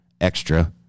extra